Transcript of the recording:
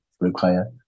require